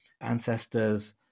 ancestors